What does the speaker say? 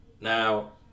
Now